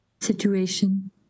situation